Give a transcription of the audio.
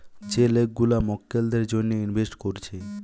যে লোক গুলা মক্কেলদের জন্যে ইনভেস্ট কোরছে